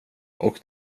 och